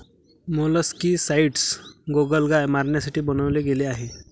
molluscicides गोगलगाय मारण्यासाठी बनवले गेले आहे